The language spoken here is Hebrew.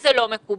שזה לא מקובל.